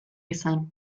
izan